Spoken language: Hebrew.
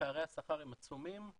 פערי השכר הם עצומים,